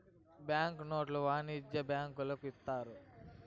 bank నోట్లు వాణిజ్య బ్యాంకులు ఇత్తాయి